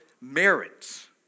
merits